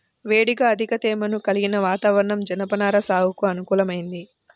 వేడిగా అధిక తేమను కలిగిన వాతావరణం జనపనార సాగుకు అనుకూలమైంది